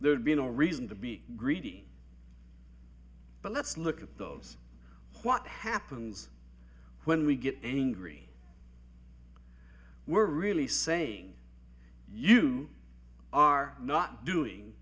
there'd be no reason to be greedy but let's look at those what happens when we get angry we're really saying you are not doing